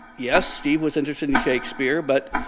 yes, steve was interested in shakespeare but,